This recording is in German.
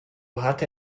hatte